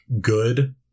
good